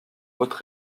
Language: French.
hautes